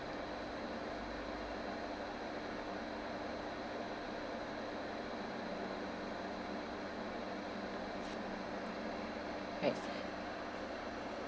yes